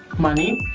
money?